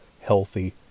healthy